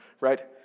Right